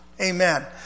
Amen